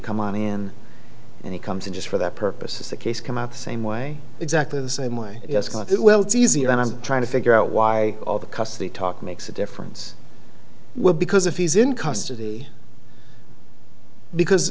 come on in and he comes in just for that purpose the case come out the same way exactly the same way yes well it's easier and i'm trying to figure out why all the custody talk makes a difference well because if he's in custody because